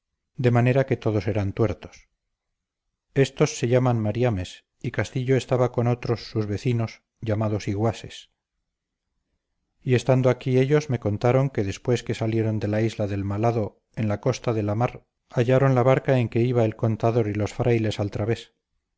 de manera que todos eran tuertos estos se llaman mariames y castillo estaba con otros sus vecinos llamados iguases y estando aquí ellos me contaron que después que salieron de la isla del mal hado en la costa de la mar hallaron la barca en que iba al contador y los frailes al través